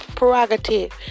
prerogative